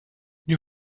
you